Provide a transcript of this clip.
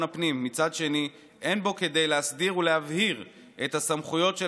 הפנים מצד שני אין בו כדי להסדיר ולהבהיר את הסמכויות של